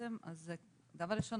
דבר ראשון,